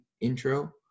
intro